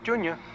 Junior